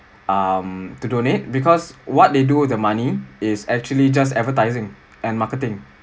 um to donate because what they do with the money is actually just advertising and marketing